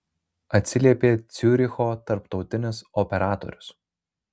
atsiliepė ciuricho tarptautinis operatorius